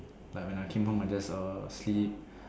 like when I came home I just eh sleep